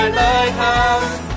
lighthouse